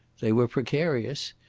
they were precarious.